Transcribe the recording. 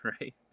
right